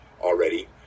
already